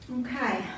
Okay